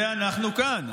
בשביל זה אנחנו כאן.